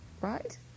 right